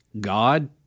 God